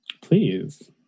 Please